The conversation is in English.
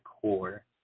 core